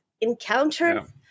encounters